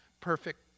perfect